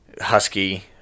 husky